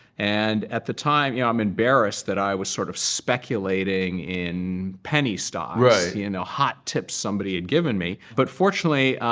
and at the time, yeah i'm embarrassed that i was sort of speculating in penny stocks, yeah and hot tips somebody had given me. but fortunately,